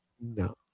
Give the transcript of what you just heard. No